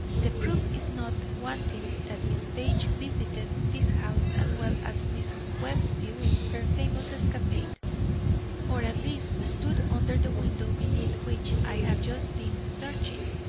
the proof is not wanting that miss page visited this house as well as mrs. webb's during her famous escapade or at least stood under the window beneath which i have just been searching.